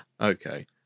Okay